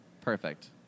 Perfect